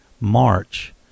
March